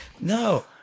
No